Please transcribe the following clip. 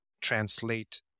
translate